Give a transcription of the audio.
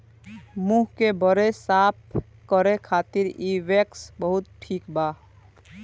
मुंह के बरे साफ करे खातिर इ वैक्स बहुते ठिक बा